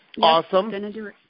Awesome